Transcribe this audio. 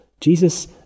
Jesus